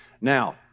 Now